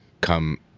come